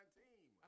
team